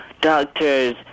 Doctors